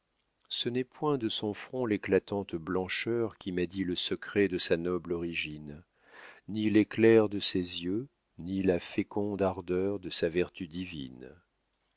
ce n'est point de son front l'éclatante blancheur qui m'a dit le secret de sa noble origine ni l'éclair de ses yeux ni la féconde ardeur de sa vertu divine